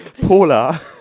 Paula